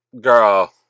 girl